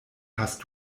hast